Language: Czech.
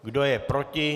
Kdo je proti?